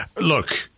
Look